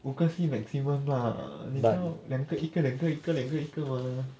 五个 seat maximum lah 你不要两个一个两个一个两个一个 mah